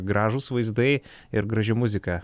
gražūs vaizdai ir graži muzika